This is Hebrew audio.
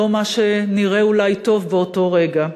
לא מה שנראה אולי טוב באותו רגע,